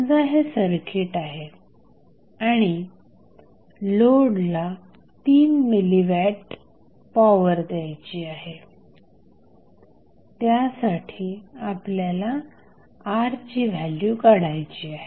समजा हे सर्किट आहे आणि लोडला 3 मिलीवॅट पॉवर द्यायची आहे त्यासाठी आपल्याला R ची व्हॅल्यू काढायची आहे